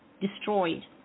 destroyed